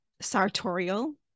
sartorial